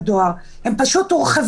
בדואר כבר היו קיימים הם פשוט הורחבו.